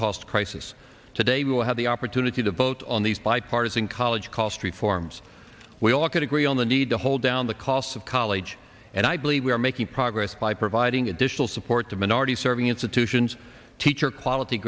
cost crisis today we will have the opportunity to vote on these bipartisan college cost reforms we all could agree on the need to hold down the cost of college and i believe we are making progress by providing additional support to minority serving institutions teacher quality